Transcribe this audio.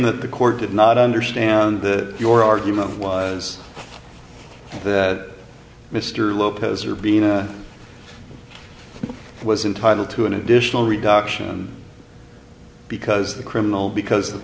that the court did not understand the your argument was that mr lopez urbina was entitle to an additional reduction because the criminal because of